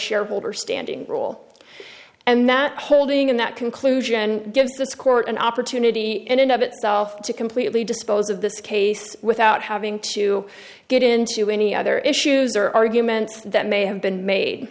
shareholder standing rule and that holding in that conclusion gives this court an opportunity in and of itself to completely dispose of this case without having to get into any other issues or arguments that may have been made